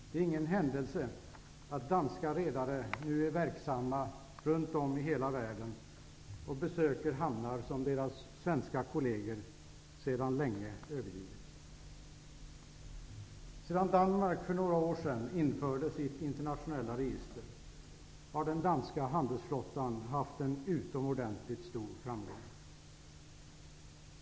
Det är ingen händelse att danska redare nu är verksamma runt om i hela världen och besöker hamnar som deras svenska kollegor sedan länge har övergivit. Sedan Danmark för några år sedan införde sitt internationella register har den danska handelsflottan haft en utomordentligt stor framgång.